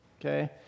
Okay